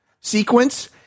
sequence